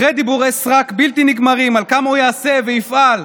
אחרי דיבורי סרק בלתי נגמרים על כמה הוא יעשה ויפעל,